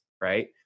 right